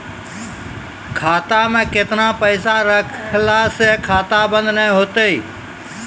खाता मे केतना पैसा रखला से खाता बंद नैय होय तै?